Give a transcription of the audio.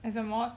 as a mod